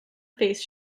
face